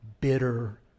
bitter